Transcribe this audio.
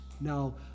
Now